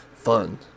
fun